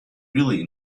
really